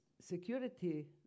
security